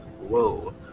Whoa